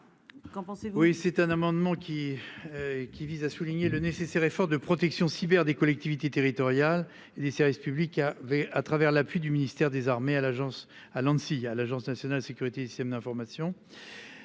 Oui c'est un amendement qui. Qui vise à souligner le nécessaire effort de protection cyber des collectivités territoriales et des services publics qui avait à travers l'appui du ministère des Armées à l'Agence à Lancy, à l'Agence nationale de sécurité des systèmes d'information.